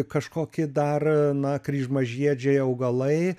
kažkokie dar na kryžmažiedžiai augalai